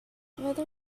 weather